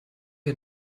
wir